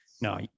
no